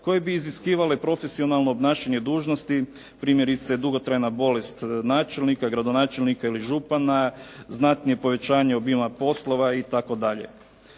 koji bi iziskivale profesionalno obnašanje dužnosti primjerice dugotrajna bolest načelnika, gradonačelnika ili župana, znatnije povećanje obima poslova itd.